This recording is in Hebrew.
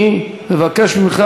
אני מבקש ממך,